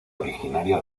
originaria